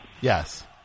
Yes